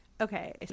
okay